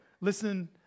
listen